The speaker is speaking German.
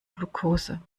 glukose